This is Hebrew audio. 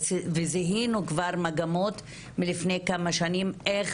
וזיהינו כבר מגמות מלפני כמה שנים איך